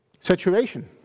situation